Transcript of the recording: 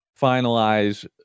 finalize